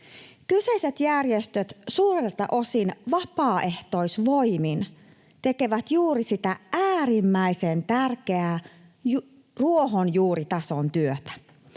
Kyseiset järjestöt, suurelta osin vapaaehtoisvoimin, tekevät juuri sitä äärimmäisen tärkeää ruohonjuuritason työtä,